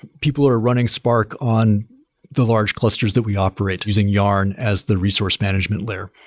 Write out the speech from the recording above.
people are running spark on the large clusters that we operate, using yarn as the resource management layer.